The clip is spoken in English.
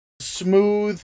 smooth